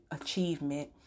achievement